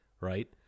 right